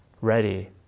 ready